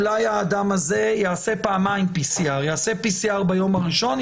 אולי האדם הזה יעשה פעמיים PCR פעם אחת ביום הראשון,